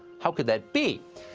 how could that be?